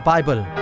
Bible